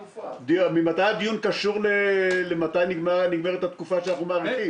ממתי הדיון קשור לשאלה מתי נגמרת התקופה שאנחנו מאריכים?